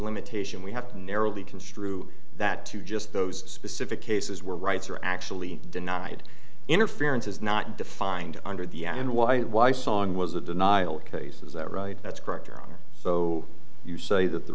limitation we have to narrowly construe that to just those specific cases where rights are actually denied interference is not defined under the and why why song was a denial case is that right that's correct or so you say that the